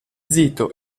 zito